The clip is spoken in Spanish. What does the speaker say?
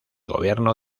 gobierno